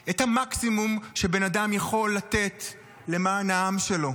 בפנים של אלו שהקריבו את המקסימום שבן אדם יכול לתת למען העם שלו,